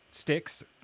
sticks